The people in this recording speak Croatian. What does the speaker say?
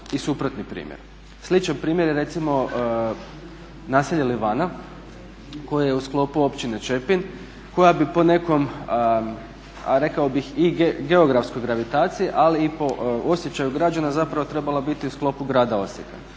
i suprotni primjer. Sličan primjer je recimo naselje Livana koje je u sklopu općine Čepin koja bi po nekom rekao bih i geografskoj gravitaciji, ali i po osjećaju građana zapravo trebala biti u sklopu grada Osijeka.